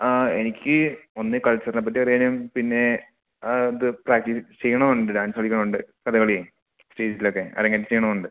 ആ എനിക്ക് ഒന്നീ കള്ച്ചറിനെ പറ്റി അറിയാനും പിന്നെ ആ ഇത് പ്രാക്റ്റീസ് ചെയ്യണമെന്നുണ്ട് ഡാന്സ് പഠിക്കണം എന്നുണ്ട് കഥകളിയെ സ്റ്റേജിലൊക്കെ അരങ്ങേറ്റം ചെയ്യണം എന്നുണ്ട്